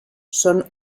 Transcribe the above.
son